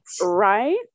Right